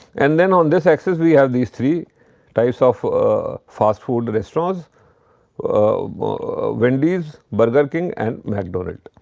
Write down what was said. and then on this axis, we have these three types of ah fast food restaurants a wendy's, burger king and mcdonald's.